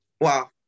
Wow